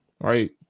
right